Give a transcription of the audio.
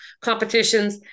competitions